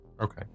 okay